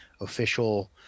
official